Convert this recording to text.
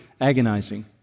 agonizing